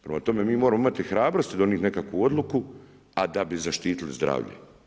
Prema tome mi moramo imati hrabrosti donijeti nekakvu odluku a da bi zaštitili zdravlje.